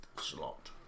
slot